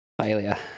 Failure